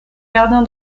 gardien